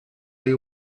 you